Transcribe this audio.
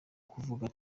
kuvuka